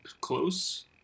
close